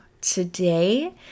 today